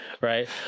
right